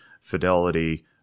fidelity